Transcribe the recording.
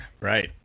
Right